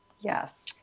yes